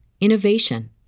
innovation